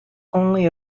only